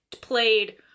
played